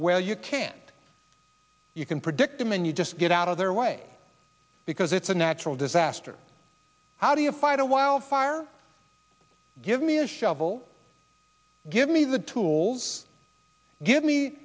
where you can you can predict them and you just get out of their way because it's a natural disaster how do you fight a wildfire give me a shovel give me the tools give me